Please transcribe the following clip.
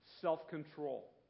self-control